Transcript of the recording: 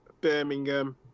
Birmingham